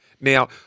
Now